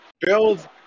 Bills